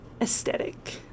aesthetic